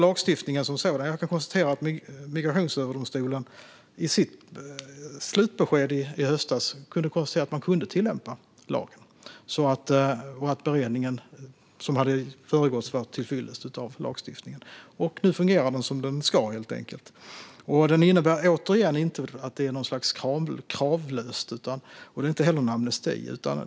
Jag kan konstatera att Migrationsöverdomstolen i sitt slutbesked i höstas slog fast att man kunde tillämpa lagen och att beredningen av lagstiftningen var till fyllest. Nu fungerar den som den ska, helt enkelt. Den innebär återigen inte att det är något slags kravlöshet, och den är inte heller någon amnesti.